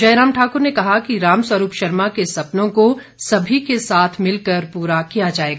जयराम ठाकुर ने कहा कि रामस्वरूप शर्मा के सपनों को सभी के साथ मिलकर पूरा किया जाएगा